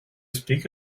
speak